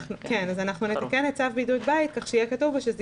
ואנחנו נתקן את צו בידוד בית כך שיהיה כתוב שזאת